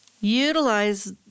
utilize